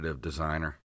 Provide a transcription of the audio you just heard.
designer